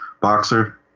boxer